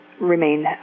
remain